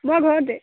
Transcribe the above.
মই ঘৰতে